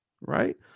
Right